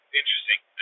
interesting